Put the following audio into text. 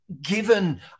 given